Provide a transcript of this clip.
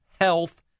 health